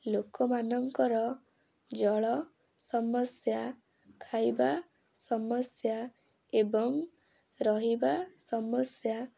ଲୋକମାନଙ୍କର ଜଳ ସମସ୍ୟା ଖାଇବା ସମସ୍ୟା ଏବଂ ରହିବା ସମସ୍ୟା